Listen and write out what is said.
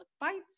bites